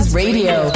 radio